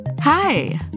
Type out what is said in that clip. Hi